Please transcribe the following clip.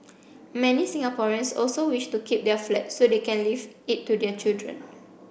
many Singaporeans also wish to keep their flat so they can leave it to their children